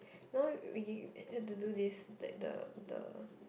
no we had to do this like the the